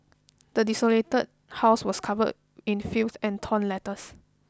the desolated house was covered in filth and torn letters